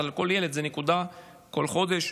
אז על כל ילד זה נקודה בכל חודש.